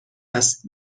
است